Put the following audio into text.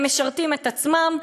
הם משרתים את עצמם,